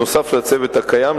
נוסף על הצוות הקיים,